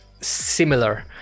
similar